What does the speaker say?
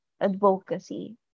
advocacy